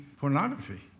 pornography